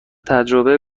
تجربه